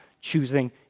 choosing